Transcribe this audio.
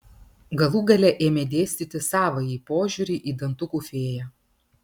galų gale ėmė dėstyti savąjį požiūrį į dantukų fėją